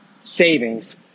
savings